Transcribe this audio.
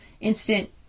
instant